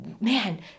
man